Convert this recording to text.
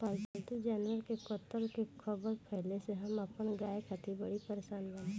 पाल्तु जानवर के कत्ल के ख़बर फैले से हम अपना गाय खातिर बड़ी परेशान बानी